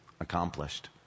accomplished